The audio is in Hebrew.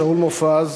שאול מופז,